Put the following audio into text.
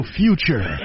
future